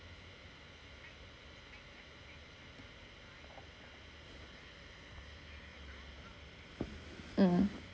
mm